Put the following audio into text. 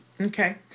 Okay